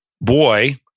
boy